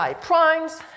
primes